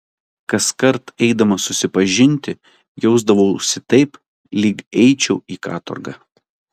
kaskart eidamas susipažinti jausdavausi taip lyg eičiau į katorgą